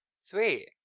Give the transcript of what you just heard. Sweet